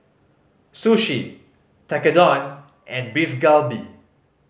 Sushi Tekkadon and Beef Galbi